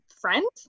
friend